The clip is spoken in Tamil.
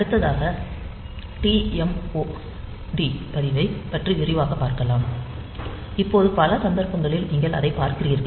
அடுத்ததாக TMOD பதிவைப் பற்றி விரிவாகப் பார்க்கலாம் இப்போது பல சந்தர்ப்பங்களில் நீங்கள் அதைப் பார்க்கிறீர்கள்